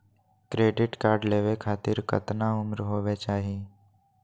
Credit card लेवे खातीर कतना उम्र होवे चाही?